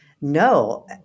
No